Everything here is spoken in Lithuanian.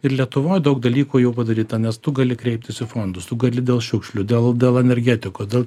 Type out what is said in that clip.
ir lietuvoj daug dalykų jau padaryta nes tu gali kreiptis į fondus tu gali dėl šiukšlių dėl dėl energetikos dėl